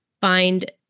find